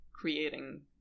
creating